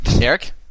Eric